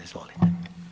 Izvolite.